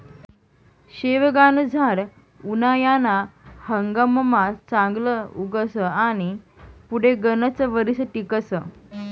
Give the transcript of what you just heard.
शेवगानं झाड उनायाना हंगाममा चांगलं उगस आनी पुढे गनच वरीस टिकस